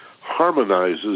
harmonizes